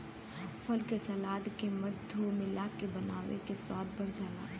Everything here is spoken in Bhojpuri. फल के सलाद में मधु मिलाके बनावे से स्वाद बढ़ जाला